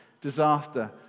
disaster